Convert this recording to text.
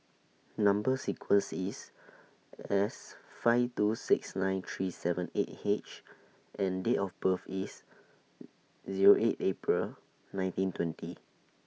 Number sequence IS S five two six nine three seven eight H and Date of birth IS Zero eight April nineteen twenty